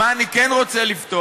מה אני כן רוצה לפתוח?